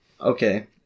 Okay